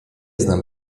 znam